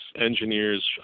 engineers